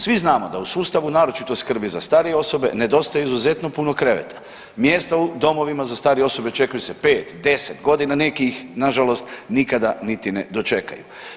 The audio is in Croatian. Svi znamo da u sustavu naročito skrbi za starije osobe nedostaje izuzetno puno kreveta, mjesta u domovima za starije osobe čekaju se 5, 10 godina neki ih nažalost nikad ni ne dočekaju.